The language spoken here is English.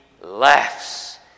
laughs